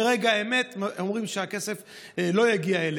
ברגע האמת אומרים שהכסף לא יגיע אליהם.